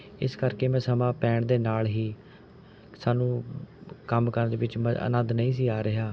ਇਸ ਕਰਕੇ ਮੈਂ ਸਮਾਂ ਪੈਣ ਦੇ ਨਾਲ ਹੀ ਸਾਨੂੰ ਕੰਮ ਕਰਨ ਦੇ ਵਿੱਚ ਮਜ਼ਾ ਆਨੰਦ ਨਹੀਂ ਸੀ ਆ ਰਿਹਾ